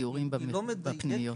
היא לא מדויקת,